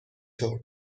طور